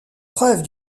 preuve